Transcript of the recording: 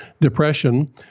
Depression